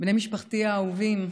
בני משפחתי האהובים,